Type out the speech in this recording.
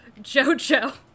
Jojo